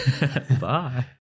bye